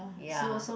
ya